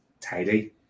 tidy